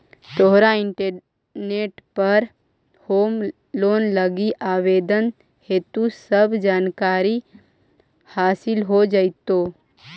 तोरा इंटरनेट पर home loan लागी आवेदन हेतु सब जानकारी हासिल हो जाएतो